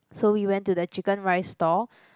so we went to the chicken rice stall